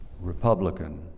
Republican